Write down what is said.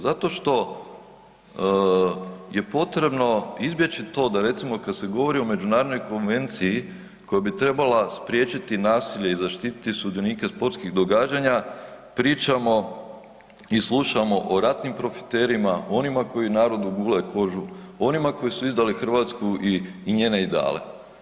Zato što je potrebno izbjeći to da recimo kad se govori o međunarodnoj konvenciji koja bi trebala spriječiti nasilje i zaštititi sudionike sportskih događanja, pričamo i slušamo i ratnim profiterima, o onima koji narodu gule kožu, o onima koji su izdali Hrvatsku i njene ideale.